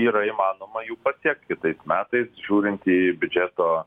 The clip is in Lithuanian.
yra įmanoma jų pasiekt kitais metais žiūrint į biudžeto